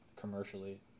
commercially